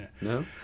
No